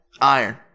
iron